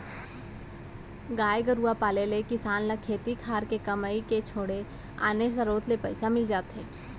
गाय गरूवा पाले ले किसान ल खेती खार के कमई के छोड़े आने सरोत ले पइसा मिल जाथे